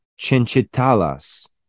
Chinchitalas